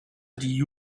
die